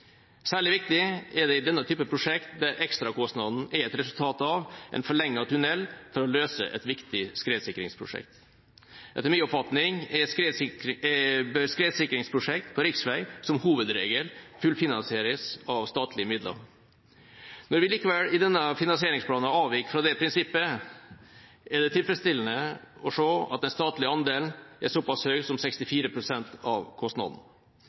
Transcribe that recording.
Særlig viktig er det i denne typen prosjekter, der ekstrakostnaden er et resultat av en forlenget tunnel for å løse et viktig skredsikringsprosjekt. Etter min oppfatning bør skredsikringsprosjekter på riksvei som hovedregel fullfinansieres av statlige midler. Når vi likevel i denne finansieringsplanen avviker fra dette prinsippet, er det tilfredsstillende å se at den statlige andelen er såpass høy som 64 pst. av